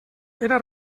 era